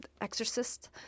exorcist